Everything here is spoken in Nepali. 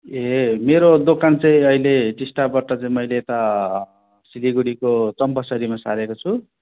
ए मेरो दोकान चाहिँ अहिले टिस्टाबाट चाहिँ मैले यता सिलगढीको चम्पासरीमा सारेको छु